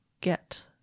get